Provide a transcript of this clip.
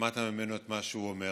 שמעת ממנו את מה שהוא אומר.